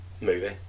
movie